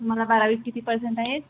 तुम्हाला बारावीत किती पर्सेंट आहेत